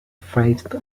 faced